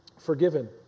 forgiven